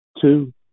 Two